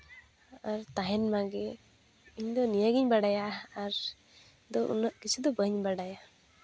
ᱟᱨ ᱛᱟᱦᱮᱱ ᱢᱟᱜᱮ ᱤᱧᱫᱚ ᱱᱤᱭᱟᱹᱜᱮᱧ ᱵᱟᱲᱟᱭᱟ ᱟᱨ ᱫᱚ ᱩᱱᱟᱹᱜ ᱠᱤᱪᱷᱩ ᱫᱚ ᱵᱟᱹᱧ ᱵᱟᱲᱟᱭᱟ